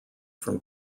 from